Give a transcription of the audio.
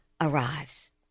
arrives